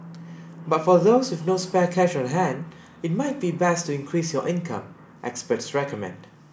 but for those with no spare cash on hand it might be best to increase your income experts recommend